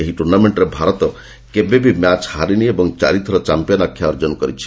ଏହି ଟୁର୍ଣ୍ଣାମେଣ୍ଟ୍ରେ ଭାରତ କେବେ ବି ମ୍ୟାଚ୍ ହାରିନି ଏବଂ ଚାରିଥର ଚମ୍ପିୟାନ୍ ଆଖ୍ୟା ଅର୍ଜନ କରିଛି